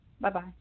Bye-bye